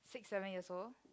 six seven years old